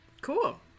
Cool